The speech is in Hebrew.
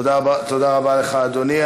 תודה רבה לך, אדוני.